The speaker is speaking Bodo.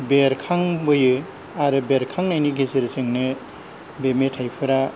बेरखांबोयो आरो बेरखांनायनि गेजेरजोंनो बे मेथाइफोरा